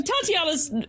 tatiana's